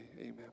Amen